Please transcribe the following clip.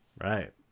Right